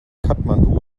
kathmandu